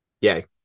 Yay